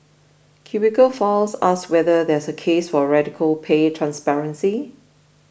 Cubicle Files asks whether there's a case for radical pay transparency